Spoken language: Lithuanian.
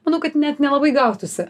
manau kad net nelabai gautųsi